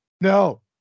no